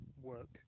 work